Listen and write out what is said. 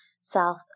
south